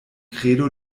credo